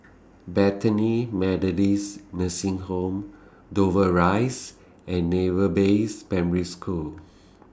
Bethany Methodist Nursing Home Dover Rise and Naval Base Primary School